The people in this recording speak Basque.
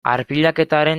arpilaketaren